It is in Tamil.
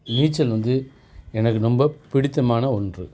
நீச்சல் வந்து எனக்கு ரொம்ப பிடித்தமான ஒன்று